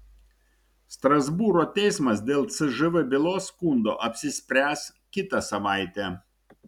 strasbūro teismas dėl cžv bylos skundo apsispręs kitą savaitę